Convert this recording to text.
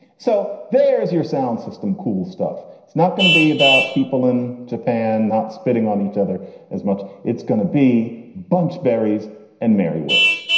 so there is your sound system. cool stuff. it's not going to be about people in japan not spitting on each other as much. it's going to be bunch berries and mary wicks.